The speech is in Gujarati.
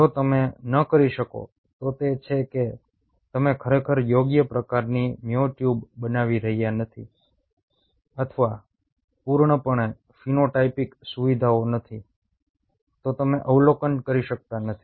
જો તમે ન કરી શકો તો તે છે કે તમે ખરેખર યોગ્ય પ્રકારની મ્યોટ્યુબ બનાવી રહ્યા નથી અથવા પૂર્ણપણે ફીનોટાઇપિક સુવિધાઓ નથી તો તમે અવલોકન કરી શકતા નથી